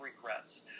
regrets